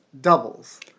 doubles